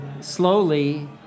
slowly